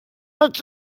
hat